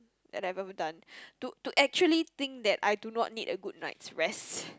that I have ever done to to actually think that I do not need a good night's rest